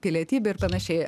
pilietybė ir panašiai